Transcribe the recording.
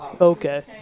Okay